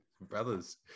Brothers